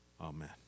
Amen